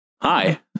hi